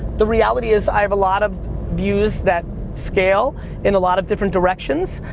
the reality is, i have a lot of views that scale in a lot of different directions,